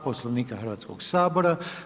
Poslovnika Hrvatskog sabora.